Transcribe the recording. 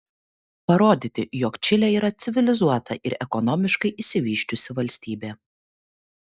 parodyti jog čilė yra civilizuota ir ekonomiškai išsivysčiusi valstybė